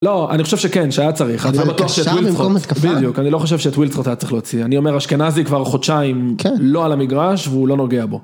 לא, אני חושב שכן, שהיה צריך, אני בטוח שתווילד צריכה, בדיוק, אני לא חושב שתווילד צריכה להצליח להוציא, אני אומר אשכנזי כבר חודשיים לא על המגרש והוא לא נוגע בו.